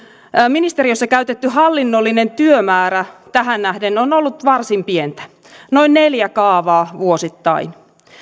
ministeriössä käytetty hallinnollinen työmäärä tähän nähden on ollut varsin pientä noin neljä kaavaa vuosittain